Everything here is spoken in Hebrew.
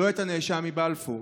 לא את הנאשם מבלפור.